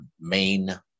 main